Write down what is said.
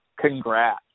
congrats